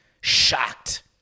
shocked